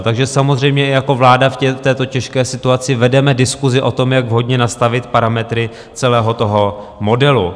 Takže samozřejmě jako vláda v této těžké situaci vedeme diskusi o tom, jak vhodně nastavit parametry celého toho modelu.